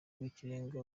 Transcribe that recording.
rw’ikirenga